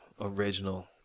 original